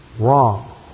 Wrong